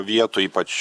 vietų ypač